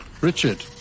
Richard